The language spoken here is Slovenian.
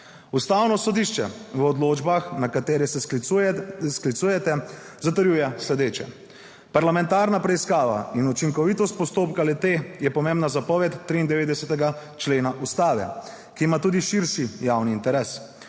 Ustavno sodišče v odločbah, na katere se sklicujete, zatrjuje sledeče. Parlamentarna preiskava in učinkovitost postopka le-te je pomembna zapoved 93. člena Ustave, ki ima tudi širši javni interes.